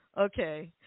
Okay